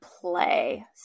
play